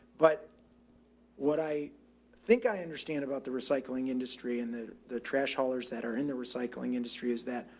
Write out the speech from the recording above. but what i think i understand about the recycling industry in the, the trash haulers that are in the recycling industry is that